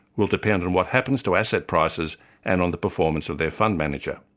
will depend on what happens to asset prices and on the performance of their fund manager.